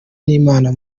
n’imana